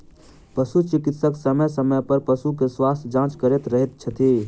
पशु चिकित्सक समय समय पर पशुक स्वास्थ्य जाँच करैत रहैत छथि